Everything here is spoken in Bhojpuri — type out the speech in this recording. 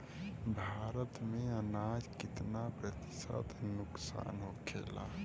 भारत में अनाज कितना प्रतिशत नुकसान होखेला?